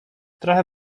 trochę